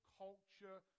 culture